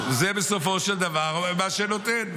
זה בסופו של דבר מה שנותן,